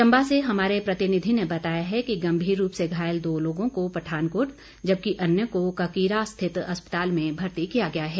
चंबा से हमारे प्रतिनिधि ने बताया है कि गम्भीर रूप से घायल दो लोगों को पठानकोट जबकि अन्यों को ककीरा स्थित अस्पताल में भर्ती किया गया है